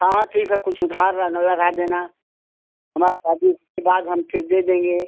हाँ ठीक है कुछ उधार लगा देना हमार शादी के बाद हम फिर दे देंगे